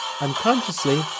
unconsciously